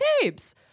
capes